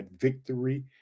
victory